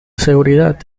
seguridad